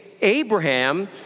Abraham